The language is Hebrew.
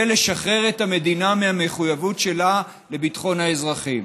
זה לשחרר את המדינה מהמחויבות שלה לביטחון האזרחים.